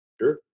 Sure